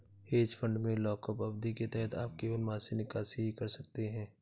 hedge fund में lockup अवधि के तहत आप केवल मासिक निकासी ही कर सकते हैं